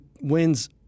wins